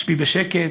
שבי בשקט,